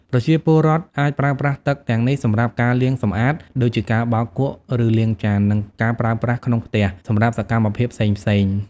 ប្រជាពលរដ្ឋអាចប្រើប្រាស់ទឹកទាំងនេះសម្រាប់ ការលាងសម្អាត ដូចជាការបោកគក់ ឬលាងចាន និងការប្រើប្រាស់ក្នុងផ្ទះ សម្រាប់សកម្មភាពផ្សេងៗ។